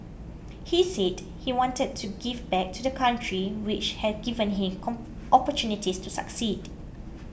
he said he wanted to give back to the country which had given him cop opportunities to succeed